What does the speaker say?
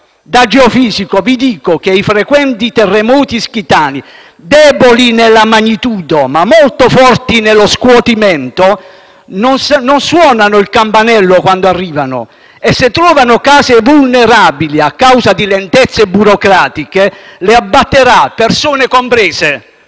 Da geofisico, vi dico che i frequenti terremoti ischitani, deboli nella magnitudo ma molto forti nello scuotimento, non suonano il campanello quando arrivano. E, se trovano case vulnerabili, a causa di lentezze burocratiche, le abbatteranno, persone comprese.